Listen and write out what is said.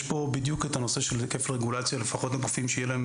יש פה בדיוק את הנושא של כפל רגולציה לפחות בגופים שתהיה להם